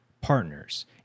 partners